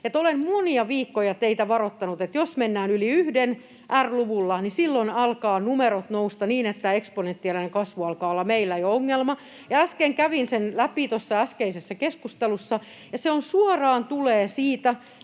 teitä varoittanut, että jos mennään yli yhden R-luvulla, niin silloin alkavat numerot nousta niin, että eksponentiaalinen kasvu alkaa olla meillä jo ongelma. Kävin sen läpi tuossa äskeisessä keskustelussa. Se suoraan tulee siitä,